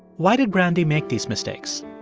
why did brandy make these mistakes?